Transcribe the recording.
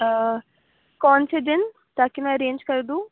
کون سے دِن تا کہ میں ارینج کر دوں